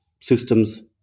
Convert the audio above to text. systems